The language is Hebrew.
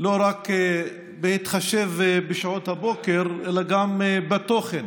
לא רק בהתחשב בשעות הבוקר אלא גם בתוכן